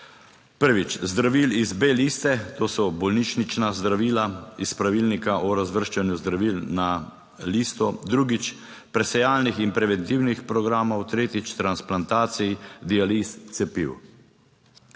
prvič zdravil iz B liste, to so bolnišnična zdravila iz pravilnika o razvrščanju zdravil na listo, drugič, presejalnih in preventivnih programov, tretjič transplantacij, dializ, cepiv.